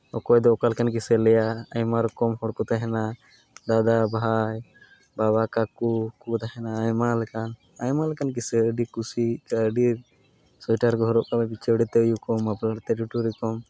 ᱚᱠᱚᱭ ᱫᱚ ᱚᱠᱟᱞᱮᱠᱟᱱ ᱠᱤᱥᱟᱹ ᱞᱟᱹᱭᱟᱭ ᱟᱭᱢᱟ ᱨᱚᱠᱚᱢ ᱦᱚᱲ ᱠᱚ ᱛᱟᱦᱮᱱᱟ ᱫᱟᱫᱟ ᱵᱷᱟᱭ ᱵᱟᱵᱟ ᱠᱟᱠᱩ ᱩᱱᱠᱩ ᱠᱚ ᱛᱟᱦᱮᱱᱟ ᱟᱭᱢᱟ ᱞᱮᱠᱟᱱ ᱟᱭᱢᱟ ᱞᱮᱠᱟᱱ ᱠᱤᱥᱟᱹ ᱟᱹᱰᱤ ᱠᱩᱥᱤ ᱟᱹᱰᱤ ᱥᱳᱭᱮᱴᱟᱨ ᱠᱚ ᱦᱚᱨᱚᱜ ᱠᱟᱫᱮ ᱯᱤᱪᱷᱟᱹᱣᱲᱤ ᱛᱮ ᱩᱭᱩ ᱠᱚᱜ ᱢᱮ ᱢᱟᱯᱞᱟᱨ ᱛᱮ ᱴᱩᱴᱩᱨᱤ ᱠᱚᱢ